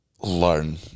learn